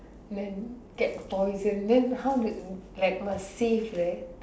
then get poison then how would must save right